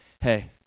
hey